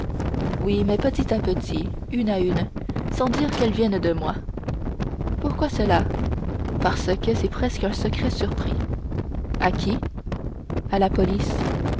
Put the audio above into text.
oui mais petit à petit une à une sans dire qu'elles viennent de moi pourquoi cela parce que c'est presque un secret surpris à qui à la police